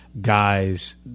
guys